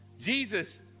Jesus